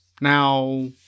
Now